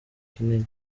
kinini